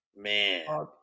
Man